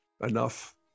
enough